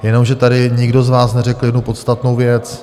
Jenomže tady nikdo z vás neřekl jednu podstatnou věc.